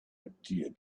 idea